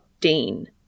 Dean